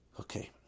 Okay